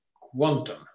quantum